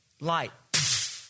light